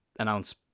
Announce